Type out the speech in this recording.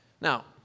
Now